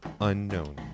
unknown